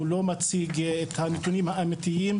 הוא לא מציג את הנתונים האמתיים.